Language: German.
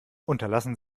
unterlassen